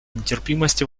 нетерпимости